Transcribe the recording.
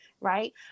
right